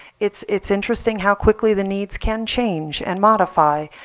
it's it's interesting how quickly the needs can change and modify.